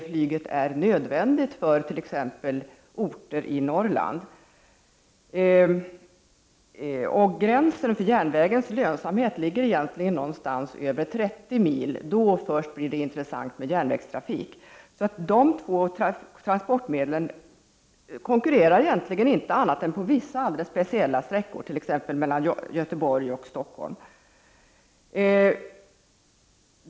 Flyget är därför nödvändigt för t.ex. orter i Norrland. Gränsen för när järnvägen är lönsam för persontransporter ligger egentligen någonstans omkring 30 mil — då först blir det intressant med järnvägstrafik. Dessa två transportmedel konkurrerar egentligen inte annat än på vissa alldeles speciella sträckor, t.ex. mellan Göteborg och Stockholm.